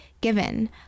given